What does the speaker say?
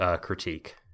critique